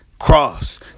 Cross